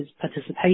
participation